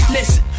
Listen